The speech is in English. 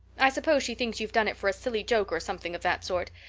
i suppose she thinks you've done it for a silly joke or something of that sort.